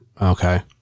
Okay